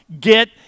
Get